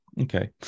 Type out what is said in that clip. Okay